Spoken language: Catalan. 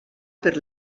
per